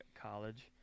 college